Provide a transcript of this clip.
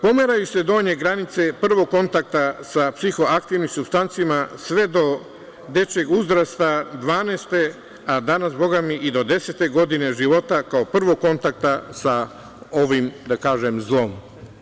Pomeraju se donje granice prvog kontakta sa psihoaktivnim supstancama sve do dečijeg uzrasta, 12-te, a danas bogami i do 10-te godine života kao prvog kontakta sa ovim zlom.